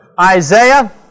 Isaiah